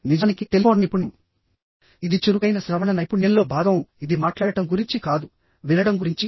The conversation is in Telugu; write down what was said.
నిజానికి టెలిఫోన్ నైపుణ్యం ఇది చురుకైన శ్రవణ నైపుణ్యంలో భాగం ఇది మాట్లాడటం గురించి కాదు వినడం గురించి